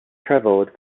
traveled